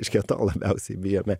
reiškia to labiausiai bijome